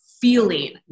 feeling